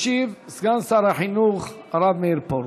ישיב סגן השר החינוך הרב מאיר פרוש.